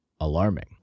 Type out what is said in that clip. alarming